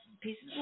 pieces